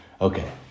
Okay